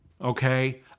okay